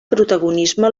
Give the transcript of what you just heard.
protagonisme